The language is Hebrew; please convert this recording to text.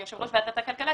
יושב-ראש ועדת הכלכלה,